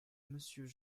monsieur